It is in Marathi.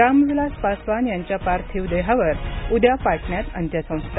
राम विलास पासवान यांच्या पार्थिव देहावर उद्या पाटण्यात अंत्यसंस्कार